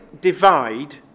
divide